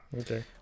Okay